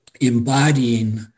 embodying